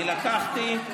אני לקחתי,